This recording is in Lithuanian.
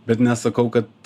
bet nesakau kad